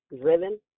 driven